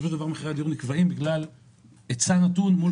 מחירי הדיור נקבעים בגלל היצע נתון מול